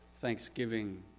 thanksgiving